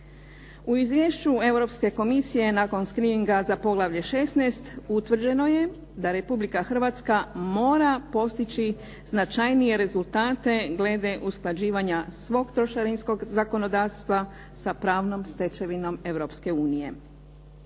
U izvješću Europske komisije nakon screeninga za Poglavlje 16 utvrđeno je da Republika Hrvatska mora postići značajnije rezultate glede usklađivanja svog trošarinskog zakonodavstva sa pravnom stečevinom Europske unije.